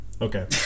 Okay